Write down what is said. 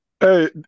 Hey